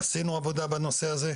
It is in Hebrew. עשינו עבודה בנושא הזה,